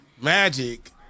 magic